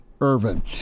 Irvin